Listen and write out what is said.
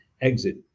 exit